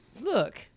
Look